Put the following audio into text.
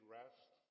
rest